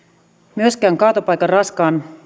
myöskään kaatopaikan raskaan